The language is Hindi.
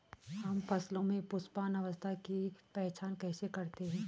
हम फसलों में पुष्पन अवस्था की पहचान कैसे करते हैं?